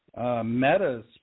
Meta's